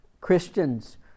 Christians